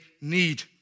need